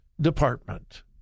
Department